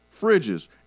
fridges